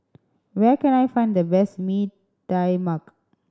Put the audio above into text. where can I find the best Mee Tai Mak